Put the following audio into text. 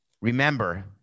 Remember